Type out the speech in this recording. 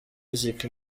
music